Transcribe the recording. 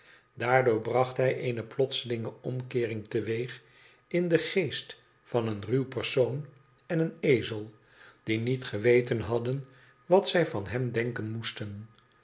daardoor bracht hij eene plotselinge omkeering teweeg in den geest van een ruw persoon en een ezel die niet geweten hadden wat zij van hem denken moesten